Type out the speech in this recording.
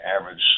average